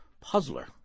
Puzzler